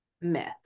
myth